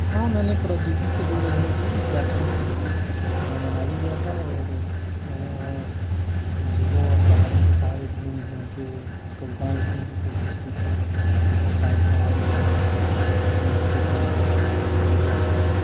हाँ मैंने प्रद्योगी से दूर रहने के लिए यात्रा की थी मैं मनाली गया था और मैंने वहाँ झीलों और पहाड़ों के सहारे घूम घूम के कुछ कविताऐं लिखने की कोशिश की थी शांत माहौल में रहने की कोशिश की थी कुछ मेडिटेशन किया था कुछ योगा किया था